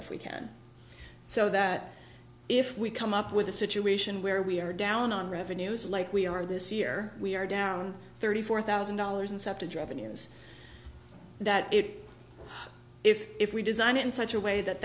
if we can so that if we come up with a situation where we are down on revenues like we are this year we are down thirty four thousand dollars and septa dravidians that it if we designed it in such a way that